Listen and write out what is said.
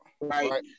right